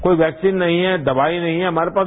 कोई वैक्सीन नहीं है दवाई नहीं है हमारे पास